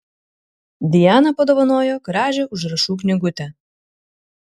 dijana padovanojo gražią užrašų knygutę